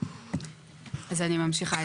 אני ממשיכה.